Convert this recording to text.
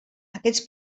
aquests